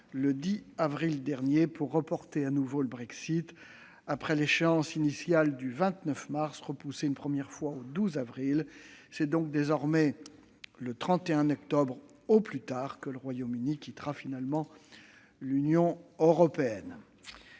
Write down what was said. le 10 avril dernier, pour reporter de nouveau le Brexit. Après l'échéance initiale du 29 mars, repoussée une première fois au 12 avril, c'est donc désormais le 31 octobre prochain, au plus tard, que le Royaume-Uni quittera finalement l'Union européenne.